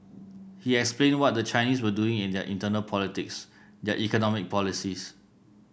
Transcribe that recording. he explained what the Chinese were doing in their internal politics their economic policies